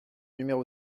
numéro